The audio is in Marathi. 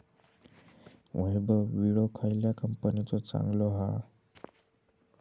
वैभव विळो खयल्या कंपनीचो चांगलो हा?